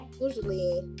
usually